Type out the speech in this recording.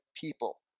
people